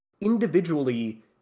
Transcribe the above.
individually